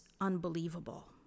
unbelievable